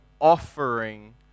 offering